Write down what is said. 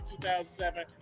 2007